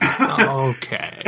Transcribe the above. Okay